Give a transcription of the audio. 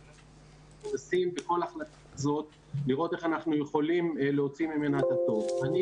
ואנחנו מנסים לראות איך אנחנו מנסים להוציא את הטוב מכל החלטה כזאת.